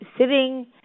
sitting